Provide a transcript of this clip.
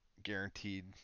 guaranteed